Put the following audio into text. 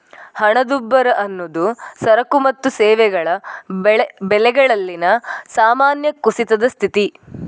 ಹಣದುಬ್ಬರ ಅನ್ನುದು ಸರಕು ಮತ್ತು ಸೇವೆಗಳ ಬೆಲೆಗಳಲ್ಲಿನ ಸಾಮಾನ್ಯ ಕುಸಿತದ ಸ್ಥಿತಿ